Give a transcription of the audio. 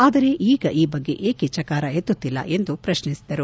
ಆದರೆ ಈಗ ಈ ಬಗ್ಗೆ ಏಕೆ ಚಕಾರ ಎತ್ತುತ್ತಿಲ್ಲ ಎಂದು ಅವರು ಪ್ರಶ್ನಿಸಿದರು